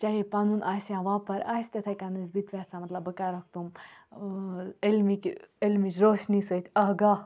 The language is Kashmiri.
چاہے پَنُن آسہِ یا وۄپَر آسہِ تِتھَے کٔنۍ چھَس بہٕ تہِ ٮ۪ژھان مطلب بہٕ کَرَکھ تِم علمہِ کہِ علمٕچ روشنی سۭتۍ آگاہ